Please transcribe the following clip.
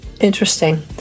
Interesting